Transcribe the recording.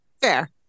Fair